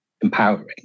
empowering